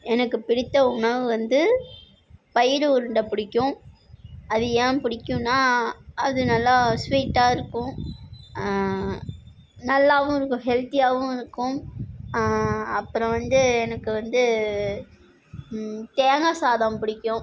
எனக்கு பிடித்த உணவு வந்து பயிறு உருண்டை பிடிக்கும் அது ஏன் பிடிக்கும்னா அது நல்ல ஸ்வீட்டாக இருக்கும் நல்லாவும் இருக்கும் ஹெல்த்தியாகவும் இருக்கும் அப்புறம் வந்து எனக்கு வந்து தேங்காய் சாதம் பிடிக்கும்